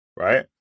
Right